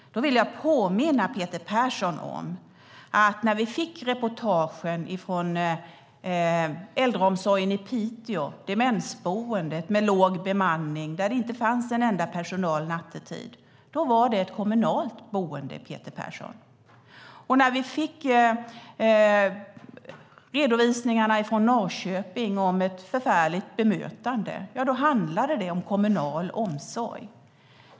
Jag vill påminna Peter Persson om att när vi fick se reportagen från äldreomsorgen i Piteå, demensboendet med låg bemanning, där det inte fanns någon personal nattetid, att det var fråga om ett kommunalt boende. När vi fick redovisningarna från Norrköping om ett förfärligt bemötande handlade det om kommunal omsorg.